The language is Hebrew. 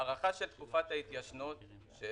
ניר, זה